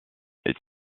est